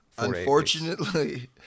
Unfortunately